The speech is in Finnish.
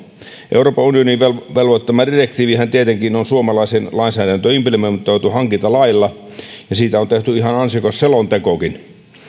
euroopan unionin velvoittama direktiivihän tietenkin on suomalaiseen lainsäädäntöön implementoitu hankintalailla ja siitä on tehty ihan ansiokas selontekokin